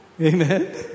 Amen